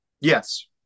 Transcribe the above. Yes